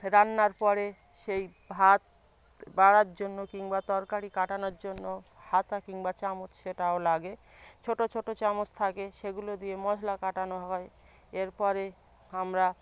রান্নার পরে সেই ভাত বাড়ার জন্য কিংবা তরকারি কাটানোর জন্য হাতা কিংবা চামচ সেটাও লাগে ছোটো ছোটো চামচ থাকে সেগুলো দিয়ে মশলা কাটানো হয় এর পরে আমরা